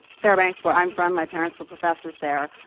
fairbanks, where i'm from. my parents were professors there.